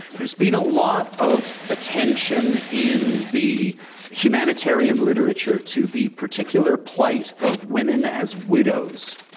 there's been a lot of attention in the humanitarian literature to the particular plight of women as widows,